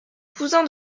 cousin